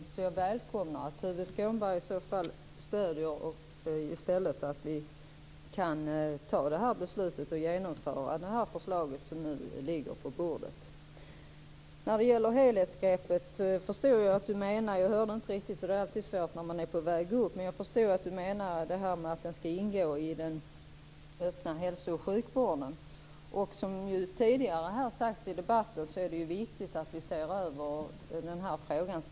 Jag välkomnar Tuve Skånbergs stöd, så att vi kan fatta detta beslut och genomföra det förslag som nu ligger på bordet. Jag hörde inte riktigt vad Tuve Skånberg sade om helhetsgreppet. Det är alltid svårt att höra när man är på väg upp till sin plats. Jag förstod det som att han menade att tandvården skall ingå i den öppna hälsooch sjukvården. Som har sagts tidigare i debatten är det viktigt att vi ständigt ser över denna fråga.